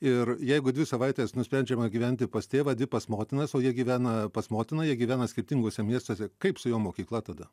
ir jeigu dvi savaites nusprendžiama gyventi pas tėvą dvi pas motinas o jie gyvena pas motiną jie gyvena skirtinguose miestuose kaip su jo mokykla tada